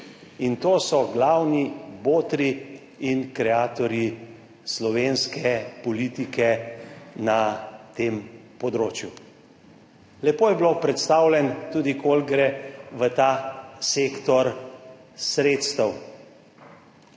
To so glavni botri in kreatorji slovenske politike na tem področju. Lepo je bilo predstavljeno tudi koliko gre v ta sektor sredstev.